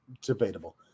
Debatable